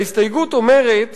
וההסתייגות אומרת